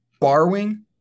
Borrowing